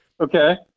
Okay